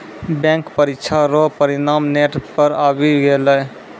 bank परीक्षा रो परिणाम नेट पर आवी गेलै